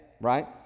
right